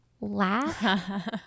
laugh